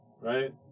right